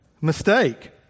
mistake